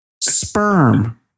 sperm